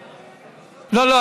לא, לא.